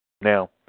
Now